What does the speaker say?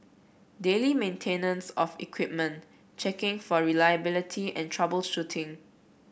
daily maintenance of equipment checking for reliability and troubleshooting